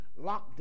Lockdown